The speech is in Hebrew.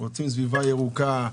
רוצים סביבה ירוקה,